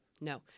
No